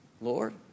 Lord